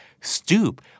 Stoop